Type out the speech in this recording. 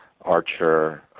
Archer